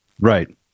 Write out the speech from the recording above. Right